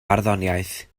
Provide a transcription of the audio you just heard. barddoniaeth